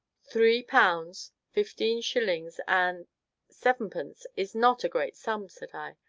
three pounds, fifteen shillings, and sevenpence is not a great sum, said i,